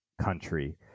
country